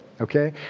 okay